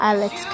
Alex